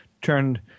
turned